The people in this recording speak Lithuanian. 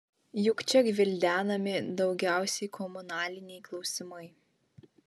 juk čia gvildenami daugiausiai komunaliniai klausimai